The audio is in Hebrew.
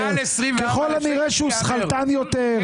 ככל הנראה שהוא שכלתן יותר.